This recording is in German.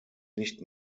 nicht